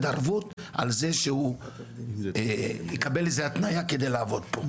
ערבות על זה שהוא יקבל התניה כדי לעבוד פה.